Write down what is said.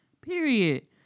Period